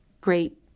great